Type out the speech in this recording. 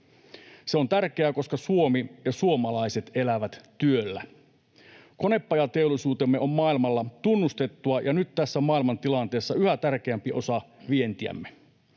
Se on tärkeää, koska Suomi ja suomalaiset elävät työllä. Konepajateollisuutemme on maailmalla tunnustettua ja nyt tässä maailman tilanteessa yhä tärkeämpi osa vientiämme.